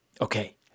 Okay